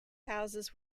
houses